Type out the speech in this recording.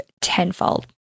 tenfold